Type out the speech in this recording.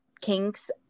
kinks